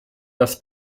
das